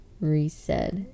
reset